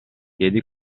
piedi